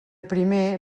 primer